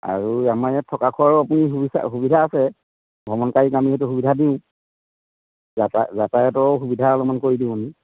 আৰু আমাৰ ইয়াত থকা খোৱাৰো আপুনি সুবিচা সুবিধা আছে ভ্ৰমণকাৰীক আমি সেইটো সুবিধা দিওঁ যাতা যাতায়াতৰো সুবিধা অলপমান কৰি দিওঁ আমি